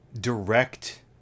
direct